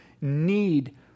need